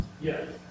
Yes